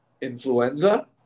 influenza